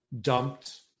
dumped